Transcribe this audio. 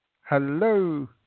hello